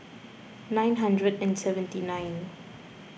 nine hundred and seventy nine